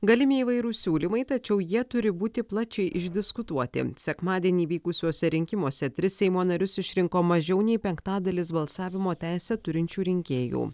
galimi įvairūs siūlymai tačiau jie turi būti plačiai išdiskutuoti sekmadienį vykusiuose rinkimuose tris seimo narius išrinko mažiau nei penktadalis balsavimo teisę turinčių rinkėjų